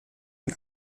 ein